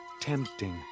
tempting